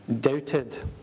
doubted